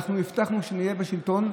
אנחנו הבטחנו שכשנהיה בשלטון,